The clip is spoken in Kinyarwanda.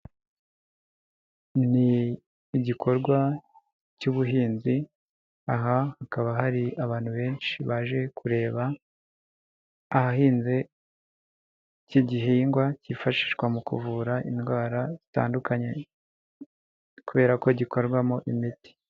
Ni igikorwa cy'ubuhinzi, aha hakaba hari abantu benshi baje kureba ahahinze hiki gihingwa cyifashishwa mu kuvura indwara zitandukanye kubera ko gikorwamo imiti.